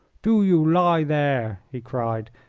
do you lie there! he cried,